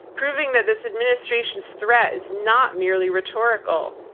proving that this administration's threat is not merely rhetorical.